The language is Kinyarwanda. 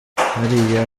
hariya